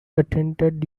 attended